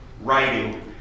writing